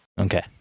Okay